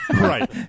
Right